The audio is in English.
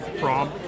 prom